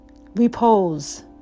repose